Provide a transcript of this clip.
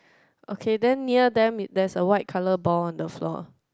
okay then near them is there is a white colour ball on the floor